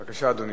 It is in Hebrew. בבקשה, אדוני.